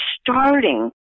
starting